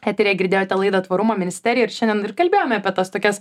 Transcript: eteryje girdėjote laidą tvarumo ministerija ir šiandien ir kalbėjome apie tas tokias